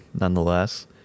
nonetheless